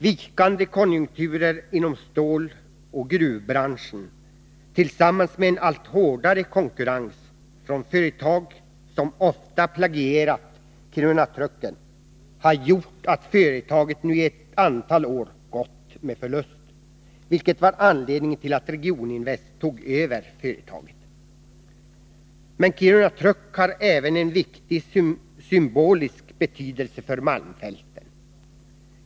Vikande konjunkturer inom ståloch gruvbranschen tillsammans med en allt hårdare konkurrens från företag som ofta plagierat Kiruna-Trucken har gjort att företaget nu i ett antal år gått med förlust, vilket var anledningen till att Regioninvest tog över företaget. Men Kiruna Truck har även en viktig symbolisk betydelse för malmfälten.